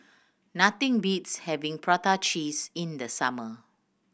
nothing beats having prata cheese in the summer